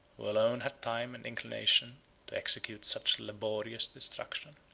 who alone had time and inclination to execute such laborious destruction.